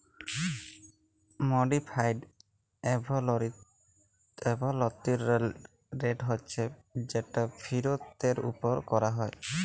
modified অভ্যলতরিল rate হছে যেট ফিরতের উপর ক্যরা হ্যয়